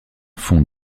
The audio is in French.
fonde